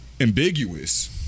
ambiguous